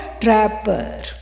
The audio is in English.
trapper